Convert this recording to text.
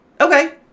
okay